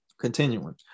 Continuing